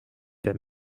than